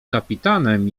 kapitanem